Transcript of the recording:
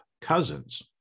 cousins